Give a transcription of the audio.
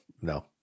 No